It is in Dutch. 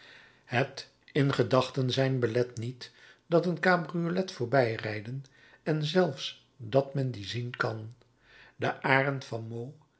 het in gedachten zijn belet niet dat een cabriolet voorbijrijden en zelfs dat men die zien kan de arend van